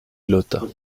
lota